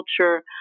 culture